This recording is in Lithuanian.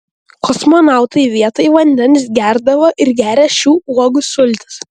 kosmonautai vietoj vandens gerdavo ir geria šių uogų sultis